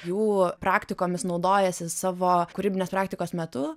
jų praktikomis naudojasi savo kūrybinės praktikos metu